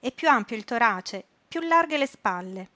e piú ampio il torace piú larghe le spalle